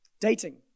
Dating